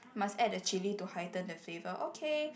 must add the chili to heighten the flavour okay